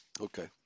Okay